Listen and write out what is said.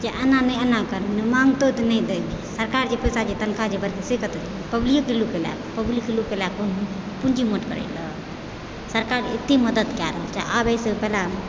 जे ऐना नहि ओना लेतय मङ्गताओ तऽ नहि दैके छै सरकार जे तनखा दै छै से कतऽ गेलय पब्लिकके लुटिकऽ लए पब्लिकके लुटि कऽ लए सरकार आते मदद कऽ रहल छै आब अहिसँ बड़ा